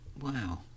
Wow